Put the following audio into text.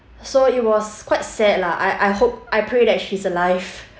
so it was quite sad lah I I hope I pray that she's alive